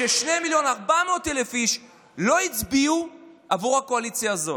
אבל 2.4 מיליון איש לא הצביעו עבור הקואליציה הזאת.